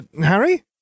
Harry